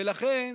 ולכן